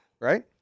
Right